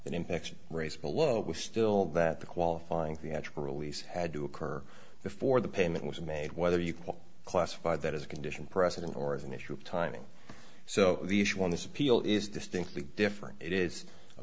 and infection rates below was still that the qualifying theatrical release had to occur before the payment was made whether you can classify that as a condition precedent or as an issue of timing so the issue in this appeal is distinctly different it is a